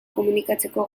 komunikatzeko